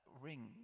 ring